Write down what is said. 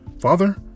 Father